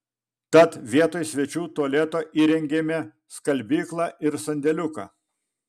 tad vietoj svečių tualeto įrengėme skalbyklą ir sandėliuką